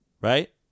right